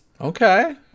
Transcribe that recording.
okay